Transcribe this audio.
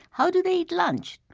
how do they eat lunch?